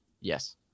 yes